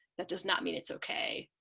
that does not mean it's okay.